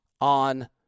on